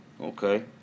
Okay